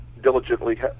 diligently